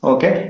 Okay